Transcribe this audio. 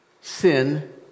sin